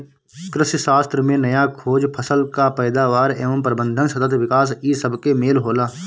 कृषिशास्त्र में नया खोज, फसल कअ पैदावार एवं प्रबंधन, सतत विकास इ सबके मेल होला